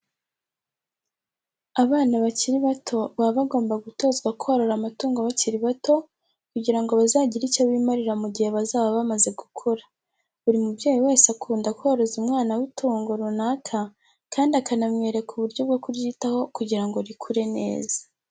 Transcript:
Abana bakiri bato baba bagomba gutozwa korora amatungo bakiri bato kugira ngo bazagire icyo bimarira mu gihe bazaba bamaze gukura. Buri mubyeyi wese akunda koroza umwana we itungo runaka kandi akanamwereka uburyo bwo kuryitaho kugira ngo rikure neza.